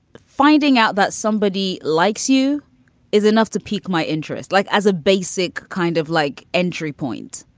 finding out that somebody likes you is enough to peak my interest like as a basic kind of like entry point.